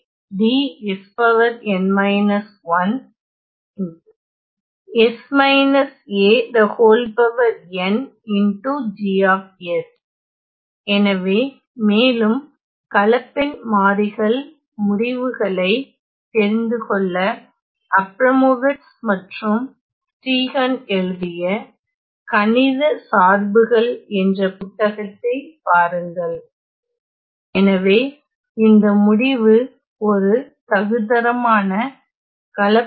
இதன் பொருள் யாதெனில் தலைகீழ் லாப்லாஸ் இணைமாற்றத்தின் வளைகோட்டு வழித்தொகையீடு கணக்கிட நேரடியாக இந்த முடிவை பயன்படுத்தப் போகிறேன் வரிசை n கொண்ட துருவம் இருக்கும் பொழுது எனவே நான் ஒரு எடுத்துக்காட்டை கொடுக்கிறேன்